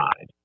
side